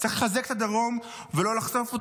צריך לחזק את הדרום ולא לחשוף אותו